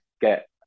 get